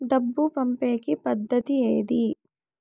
డబ్బు పంపేకి పద్దతి ఏది